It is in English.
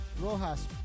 Rojas